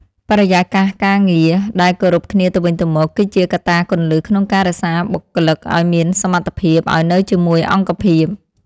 បរិយាកាសការងារដែលគោរពគ្នាទៅវិញទៅមក គឺជាកត្តាគន្លឹះក្នុងការរក្សាបុគ្គលិកដែលមានសមត្ថភាពឱ្យនៅជាមួយអង្គភាព។